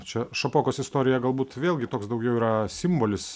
čia šapokos istorija galbūt vėlgi toks daugiau yra simbolis